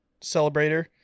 celebrator